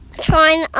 trying